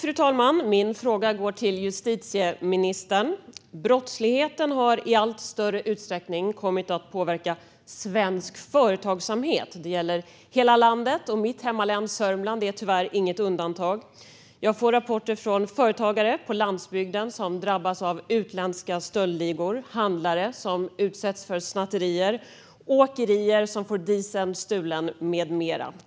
Fru talman! Min fråga går till justitieministern. Brottsligheten har i allt större utsträckning kommit att påverka svensk företagsamhet. Det gäller hela landet, och mitt hemlän Södermanland är tyvärr inget undantag. Jag får rapporter från företagare på landsbygden som drabbas av utländska stöldligor, handlare som utsätts för snatterier, åkerier som får dieseln stulen med mera.